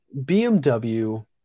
BMW